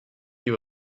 you